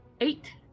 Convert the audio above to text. Eight